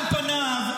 על פניו,